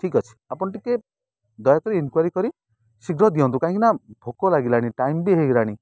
ଠିକ୍ ଅଛି ଆପଣ ଟିକେ ଦୟାକରି ଇନକ୍ଵାରୀ କରି ଶୀଘ୍ର ଦିଅନ୍ତୁ କାହିଁକି ନା ଭୋକ ଲାଗିଲାଣି ଟାଇମ ବି ହେଇଗଲାଣି